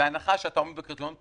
בהנחה שאתה עומד בקריטריון,